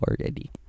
already